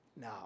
Now